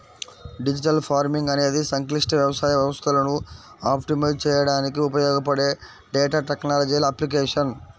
digital farming అనేది సంక్లిష్ట వ్యవసాయ వ్యవస్థలను ఆప్టిమైజ్ చేయడానికి ఉపయోగపడే డేటా టెక్నాలజీల అప్లికేషన్